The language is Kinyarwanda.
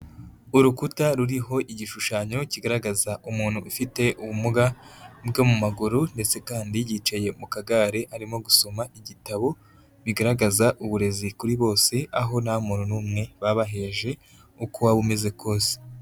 Urukuta ruriho igishushanyo kigaragaza umuntu ufite ubumuga bwo mu maguru ndetse kandi yicaye mu kagare arimo gusoma igitabo, bigaragaza uburezi kuri bose aho nta muntu n'umwe baba baheje uko waba umeze kose.